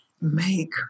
make